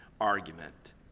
argument